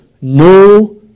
no